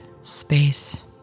space